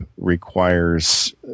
requires